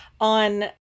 on